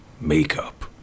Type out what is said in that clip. makeup